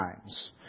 times